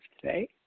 today